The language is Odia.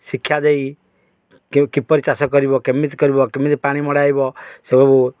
ଶିକ୍ଷା ଦେଇ କିପରି ଚାଷ କରିବ କେମିତି କରିବ କେମିତି ପାଣି ମଡ଼ାଇବ ସେ ସବୁ